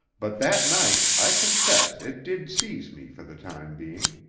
but that night i confess it did seize me for the time being.